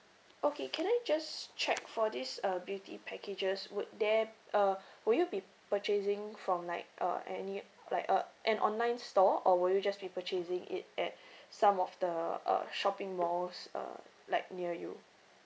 okay can I just check for this uh beauty packages would there uh would you be purchasing from like uh any like a an online store or would you just be purchasing it at some of the uh shopping malls uh like near you